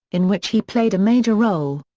in which he played a major role.